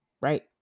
right